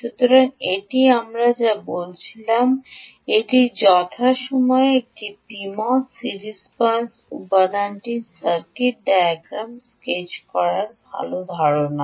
সুতরাং এটি আমরা যা বলেছিলাম এটি যথাসময়ে একটি পিমোস সিরিজ পাস উপাদানটির সার্কিট ডায়াগ্রামটি স্কেচ করা ভাল ধারণা